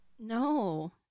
No